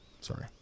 Sorry